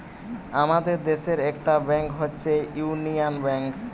আমাদের দেশের একটা ব্যাংক হচ্ছে ইউনিয়ান ব্যাঙ্ক